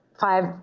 five